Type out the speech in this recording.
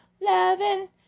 loving